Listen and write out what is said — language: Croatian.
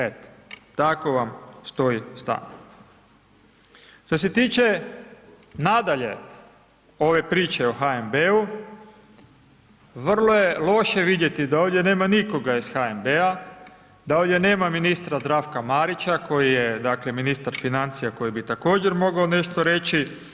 Eto, tako vam stoji … [[Govornik se ne razumije]] Što se tiče, nadalje, ove priče o HNB-u, vrlo je loše vidjeti da ovdje nema nikoga iz HNB-a, da ovdje nema ministra Zdravka Marića koji je, dakle, ministar financija, koji bi također mogao nešto reći.